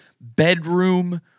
bedroom